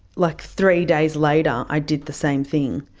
like three days later i did the same thing.